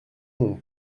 n’ont